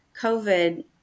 COVID